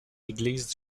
églises